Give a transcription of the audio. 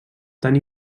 tan